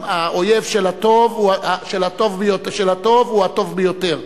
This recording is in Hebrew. האויב של הטוב הוא הטוב ביותר,